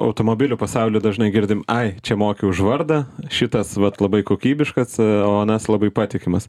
automobilių pasauly dažnai girdim ai čia moki už vardą šitas vat labai kokybiškas o anas labai patikimas